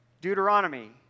Deuteronomy